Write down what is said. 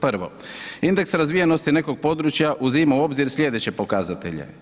Prvo, indeks razvijenosti nekog područja uzima u obzir slijedeće pokazatelje.